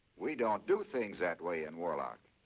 we don't do things that way in warlock.